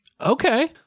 Okay